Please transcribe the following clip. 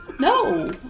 No